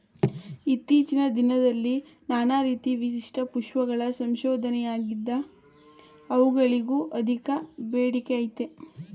ಇತ್ತೀಚಿನ ದಿನದಲ್ಲಿ ನಾನಾ ರೀತಿ ವಿಶಿಷ್ಟ ಪುಷ್ಪಗಳ ಸಂಶೋಧನೆಯಾಗಿದೆ ಅವುಗಳಿಗೂ ಅಧಿಕ ಬೇಡಿಕೆಅಯ್ತೆ